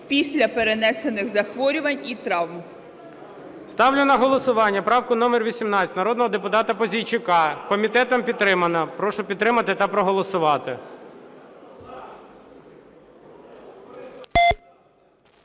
після перенесених захворювань і травм.